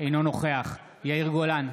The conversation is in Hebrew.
אינו נוכח יאיר גולן,